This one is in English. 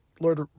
Lord